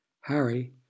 Harry